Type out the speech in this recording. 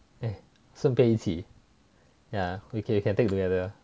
eh 顺便一起 ya we can we can take together